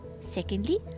secondly